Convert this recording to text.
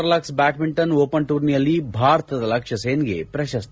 Saarlorlux badminton open ಟೂರ್ನಿಯಲ್ಲಿ ಭಾರತದ ಲಕ್ಷ್ಮಸೇನ್ಗೆ ಪ್ರಶಸ್ತಿ